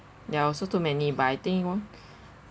ya also too many but I think